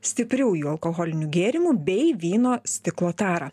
stipriųjų alkoholinių gėrimų bei vyno stiklo tarą